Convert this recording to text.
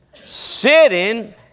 sitting